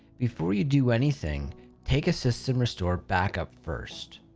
before you do anything take a system restore backup first.